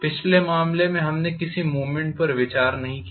पिछले मामले में हमने किसी मूवमेंट पर विचार नहीं किया